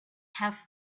have